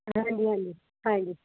ਹਾਂਜੀ ਹਾਂਜੀ ਹਾਂਜੀ